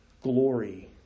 glory